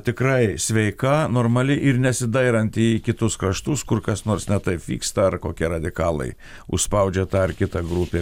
tikrai sveika normali ir nesidairanti į kitus kraštus kur kas nors ne taip vyksta ar kokia radikalai užspaudžia tą ar kita grupė